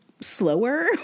slower